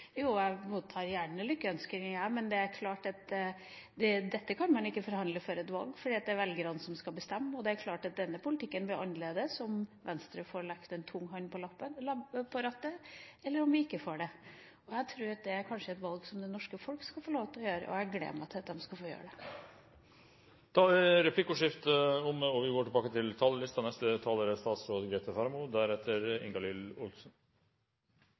jo virkelig trengs. Det vil presidenten overlate til representanten Trine Skei Grande å svare på. Jeg mottar gjerne lykkønskninger, men det er klart at dette kan man ikke forhandle om før et valg, for det er velgerne som skal bestemme. Det er klart at denne politikken blir annerledes om Venstre får lagt en tung hånd på rattet enn dersom vi ikke får det. Jeg tror at det kanskje er et valg som det norske folk skal få lov til å gjøre, og jeg gleder meg til at de skal få gjøre det. Replikkordskiftet er dermed omme. Utviklingen på innvandringsområdet viser at antallet asylsøkere til